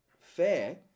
fair